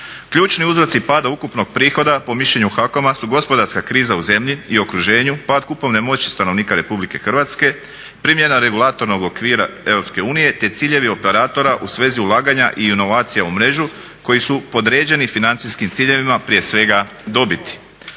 Ključni uzroci pada ukupnog prihoda po mišljenju HAKOM-a su gospodarska kriza u zemlji i okruženju, pad kupovne moći stanovnika RH, primjena regulatornog okvira EU, te ciljevi operatora u svezi ulaganja i inovacija u mrežu koji su podređeni financijskim ciljevima, prije svega dobiti.